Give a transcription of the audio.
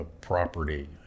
property